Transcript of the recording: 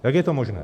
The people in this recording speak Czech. Jak je to možné?